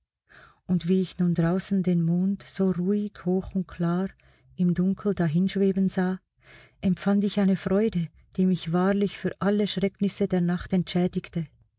und wie ich nun draußen den mond so ruhig hoch und klar im dunkel dahinschweben sah empfand ich eine freude die mich wahrlich für alle schrecknisse der nacht entschädigte